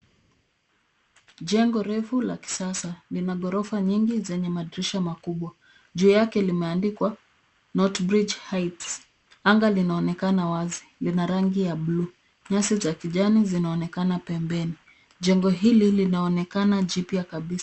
Jengo refu la kisasa, lina ghorofa nyingi zenye madirisha makubwa. Juu yake limeandikwa NorthRige Heights. Anga linaonekana wazi, lina rangi ya buluu. Nyasi za kijani zinaonekana pembeni, Jengo hili linaonekana jipya kabisa.